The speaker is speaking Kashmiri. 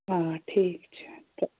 آ ٹھیٖک چھُ تہٕ